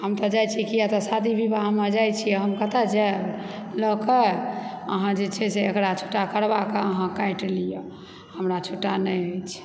हम तऽ जाइ छी किआ तऽ शादी विवाहमऽ जाइ छी हम कतए जायब लऽके अहाँ जे छै से एकरा छुटा करवाकऽ अहाँ काटि लिअ हमरा छुटा नहि अछि